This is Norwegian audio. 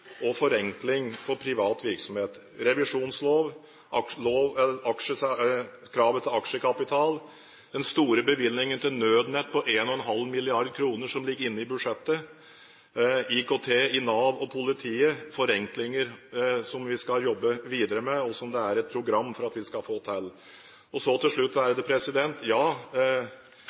og forenkling for privat virksomhet: revisjonlov, kravet til aksjekapital, den store bevilgningen til nødnett på 1,5 mrd. kr som ligger inne i budsjettet, IKT i Nav og politiet – forenklinger som vi skal jobbe videre med, og som det er et program for at vi skal få til. Til slutt: